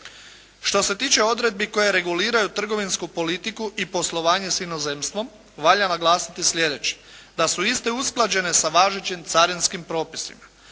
Što se tiče odredbi koje reguliraju trgovinsku politiku i poslovanje s inozemstvom valja naglasiti sljedeće. Da su iste usklađene sa važećim carinskim propisima.